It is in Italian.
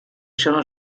sono